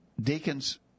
deacons